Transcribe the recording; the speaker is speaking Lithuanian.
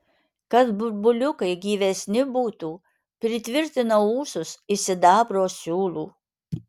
kad burbuliukai gyvesni būtų pritvirtinau ūsus iš sidabro siūlų